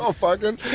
um fuckin'.